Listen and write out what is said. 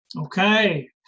Okay